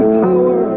power